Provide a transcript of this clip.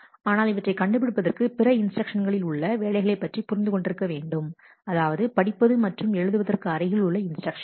ஆனால் இவற்றை கண்டுபிடிப்பதற்கு பிற இன்ஸ்டிரக்ஷன் களில் உள்ள வேலைகளை பற்றி புரிந்து கொண்டிருக்க வேண்டும் அதாவது படிப்பது மற்றும் எழுதுவதற்கு அருகிலுள்ள இன்ஸ்டிரக்ஷன்